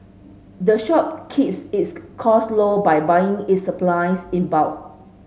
the shop keeps its costs low by buying its supplies in bulk